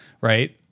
right